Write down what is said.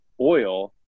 oil